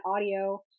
audio